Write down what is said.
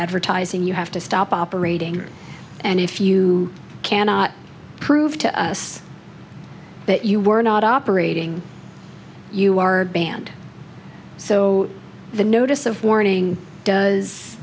advertising you have to stop operating and if you cannot prove to us that you were not operating you are banned so the notice of warning does